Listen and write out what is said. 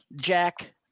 Jack